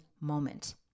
moment